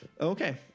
Okay